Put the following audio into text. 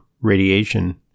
radiation